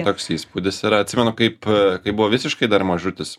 toks įspūdis yra atsimenu kaip kai buvo visiškai dar mažutis